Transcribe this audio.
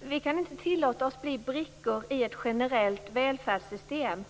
Vi kan inte tillåta oss att bli brickor i ett generellt välfärdssystem.